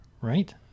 right